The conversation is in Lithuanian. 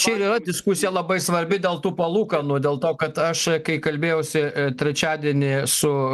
čia ir yra diskusija labai svarbi dėl tų palūkanų dėl to kad aš kai kalbėjausi trečiadienį su